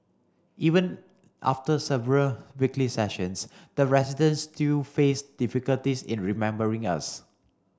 even after several weekly sessions the residents still faced difficulties in remembering us